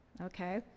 Okay